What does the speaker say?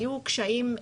היו קשיים.